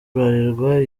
bralirwa